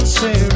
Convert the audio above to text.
say